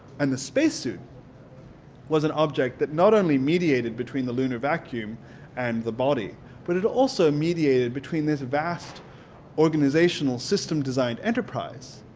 and the spacesuit was an object that not only mediated between the lunar vacuum and the body but it also mediated between this vast organizational system designed enterprise